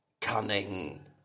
...cunning